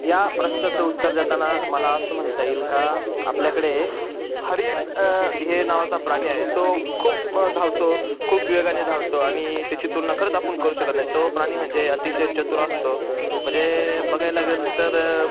ह्या प्रश्नाचं उत्तर देताना मला असं म्हणता येईल का आपल्याकडे हरीण हे नावाचा प्राणी आहे तो खूप धावतो खूप वेगाने धावतो आणि त्याची तुलना खरच आपण करूच शकत नाही तो प्राणी म्हणजे अतिशय चतुर असतो म्हणजे बघायला गेलं तर